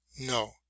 No